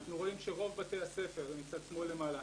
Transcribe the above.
אנחנו רואים שרוב בתי הספר, מצד שמאל למעלה,